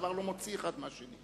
הדבר לא מוציא אחד מהשני.